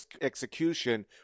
execution